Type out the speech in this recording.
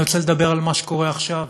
אני רוצה לדבר על מה שקורה עכשיו,